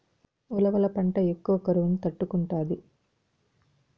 ఉలవల పంట ఎక్కువ కరువును తట్టుకుంటాది